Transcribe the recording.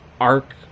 arc